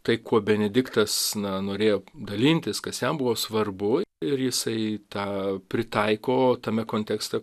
tai kuo benediktas na norėjo dalintis kas jam buvo svarbu ir jisai tą pritaiko tame kontekste